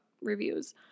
reviews